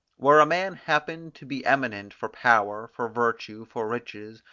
where a man happened to be eminent for power, for virtue, for riches,